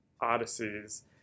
odysseys